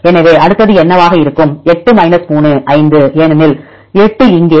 எனவே அடுத்தது என்னவாக இருக்கும் 8 3 5 ஏனெனில் 8 இங்கே